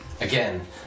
Again